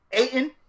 Aiden